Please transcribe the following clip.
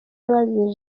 y’abazize